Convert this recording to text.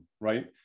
right